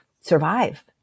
survive